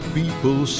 people